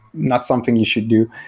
not something you should do.